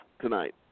tonight